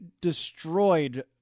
destroyed